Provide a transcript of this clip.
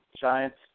Giants